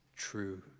true